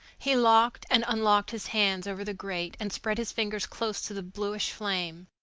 he locked and unlocked his hands over the grate and spread his fingers close to the bluish flame,